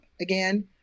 again